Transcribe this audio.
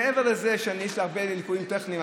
מעבר לזה שיש הרבה ליקויים טכניים,